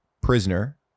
prisoner